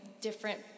different